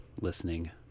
listening